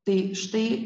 tai štai